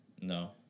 No